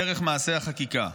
דרך מעשה החקיקה.